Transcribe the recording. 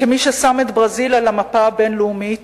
כמי ששם את ברזיל על המפה הבין-לאומית